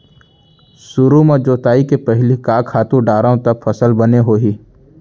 सुरु म जोताई के पहिली का खातू डारव त फसल बने होही?